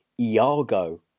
Iago